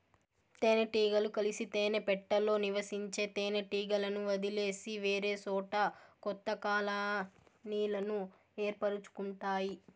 తేనె టీగలు కలిసి తేనె పెట్టలో నివసించే తేనె టీగలను వదిలేసి వేరేసోట కొత్త కాలనీలను ఏర్పరుచుకుంటాయి